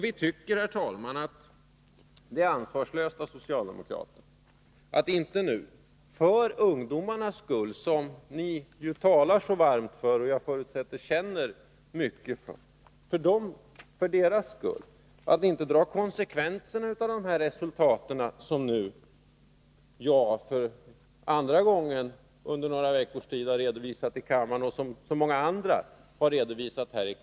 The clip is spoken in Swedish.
Vi tycker, herr talman, att det är ansvarslöst av socialdemokraterna att inte nu för ungdomarnas skull — ni talar ju så varmt för dessa, och jag förutsätter att ni också känner mycket för dem — dra konsekvenserna av resultaten. Det är åtminstone andra gången inom loppet av några veckor som resultaten redovisats här i kammaren — andra har redovisat dem tidigare.